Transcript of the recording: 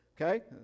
Okay